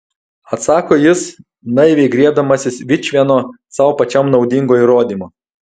atsako jis naiviai griebdamasis vičvieno sau pačiam naudingo įrodymo